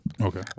Okay